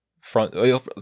front